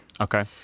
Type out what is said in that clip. Okay